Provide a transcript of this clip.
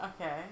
Okay